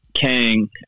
Kang